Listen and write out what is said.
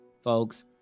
folks